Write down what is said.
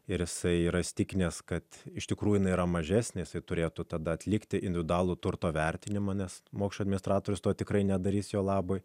ir jisai yra įsitikinęs kad iš tikrųjų nėra mažesnės turėtų tada atlikti individualų turto vertinimą nes mokesčių administratorius to tikrai nedarys jo labui